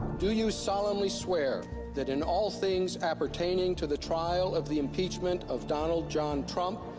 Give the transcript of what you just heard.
do you solemnly swear that in all things appertaining to the trial of the impeachment of donald john trump,